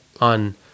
on